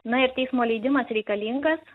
na ir teismo leidimas reikalingas